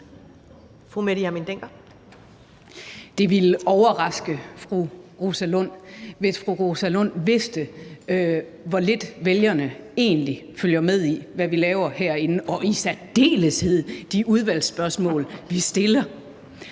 Det ville overraske fru Rosa Lund, hvis fru Rosa Lund vidste, hvor lidt vælgerne egentlig følger med i, hvad vi laver herinde, og i særdeleshed i forhold til de udvalgsspørgsmål, vi stiller.